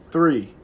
Three